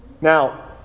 Now